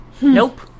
Nope